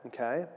Okay